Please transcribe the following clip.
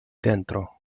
dentro